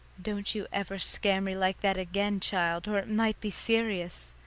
don't you ever scare me like that again, child, or it might be serious,